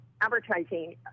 advertising